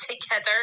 together